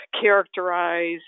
characterize